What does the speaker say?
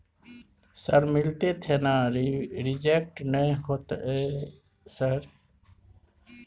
Sir मिलते थे ना रिजेक्ट नय होतय सर?